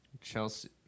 Chelsea